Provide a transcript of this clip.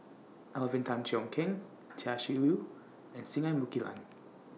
Alvin Tan Cheong Kheng Chia Shi Lu and Singai Mukilan